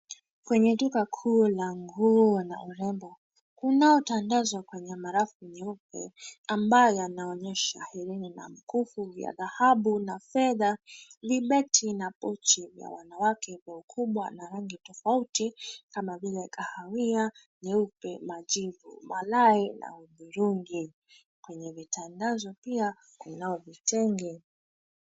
Kwenye duka kuu la nguo na urembo kunao tandazo kwenye marafu nyeupe ambayo yanaonyesha herini na mkufu vya dhahabu na fedha, vibeti na pochi vya wanawake kwa ukubwa na rangi tofauti kama vile kahawia, nyeupe, majivu, malai na hudhurungi. Kwenye vitandazo pia kunao vitenge.